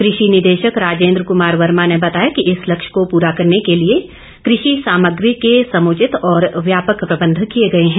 कृषि निदेशक राजेन्द्र कुमार वर्मा ने बताया कि इस लक्ष्य को पूरा करने के लिए कृषि सामग्री के समुचित और व्यापक प्रबंध किए गए हैं